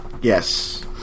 Yes